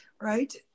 right